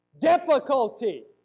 difficulty